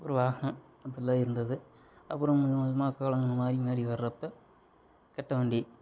ஒரு வாகனம் அப்படி தான் இருந்தது அப்புறம் கொஞ்சம் கொஞ்சமாக காலங்கள் மாறி மாறி வர்றப்போ கட்டைவண்டி